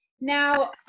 Now